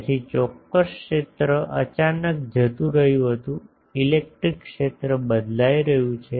તેથી ત્યાં ચોક્કસ ક્ષેત્ર અચાનક જતું રહ્યું હતું ઇલેક્ટ્રિક ક્ષેત્ર બદલાઇ રહ્યું છે